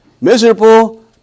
miserable